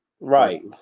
right